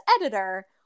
editor